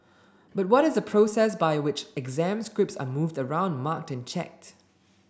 but what is the process by which exam scripts are moved around marked and checked